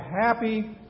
happy